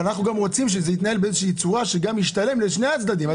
אבל אנחנו גם רוצים שזה יתנהל באיזושהי צורה שגם ישתלם לשני הצדדים.